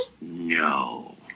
No